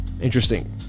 interesting